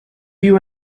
you